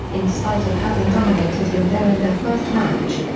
in spite of having dominated him there in their first match.